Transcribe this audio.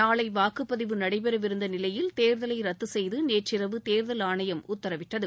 நாளை வாக்குப்பதிவு நடைபெறவிருந்த நிலையில் தேர்தலை ரத்து செய்து நேற்றிரவு தேர்தல் ஆணையம் உத்தரவிட்டது